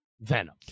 Venom